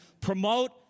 promote